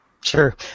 Sure